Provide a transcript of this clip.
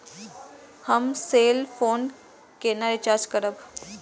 हम cell phone केना recharge करब?